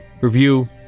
review